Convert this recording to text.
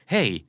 Hey